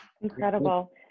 Incredible